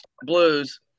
Blues